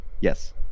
Yes